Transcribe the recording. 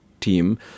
team